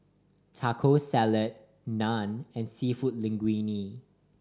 Taco Salad Naan and Seafood Linguine